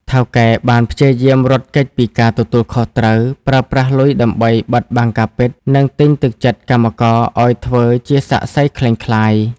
ថៅកែបានព្យាយាមរត់គេចពីការទទួលខុសត្រូវ ប្រើប្រាស់លុយដើម្បីបិទបាំងការពិត និងទិញទឹកចិត្តកម្មករឲ្យធ្វើជាសាក្សីក្លែងក្លាយ។